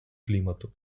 клімату